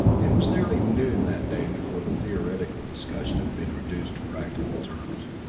it was nearly noon that day before the theoretical discussion had been reduced to practical terms.